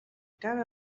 cabe